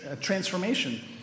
transformation